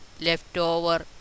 leftover